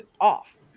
off